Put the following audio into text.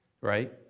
Right